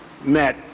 met